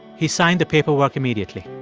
he signed the paperwork immediately.